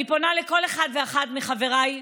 אני פונה לכל אחד ואחד מחבריי בכנסת,